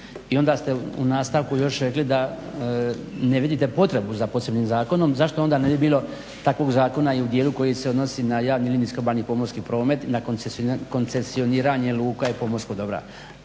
I onda ste u nastavku još rekli da ne vidite potrebu za posebnim zakonom. Zašto onda ne bi bilo takvog zakona i u dijelu koji se odnosi na javni linijski obalni pomorski promet i na koncesioniranje luka i pomorskog dobra.